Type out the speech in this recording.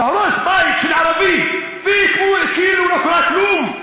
להרוס בית של ערבי כאילו לא קרה כלום?